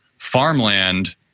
Farmland